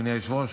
אדוני היושב-ראש,